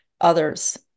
others